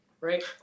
Right